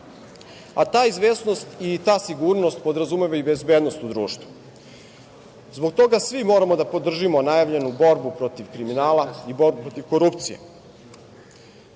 a ta izvesnost i ta sigurnost podrazumeva i bezbednost u društvu. Zbog toga svi moramo da podržimo najavljenu borbu protiv kriminala i borbu protiv korupcije.